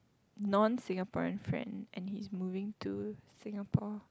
non Singaporean friend and he is moving to Singapore